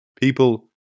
people